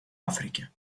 африке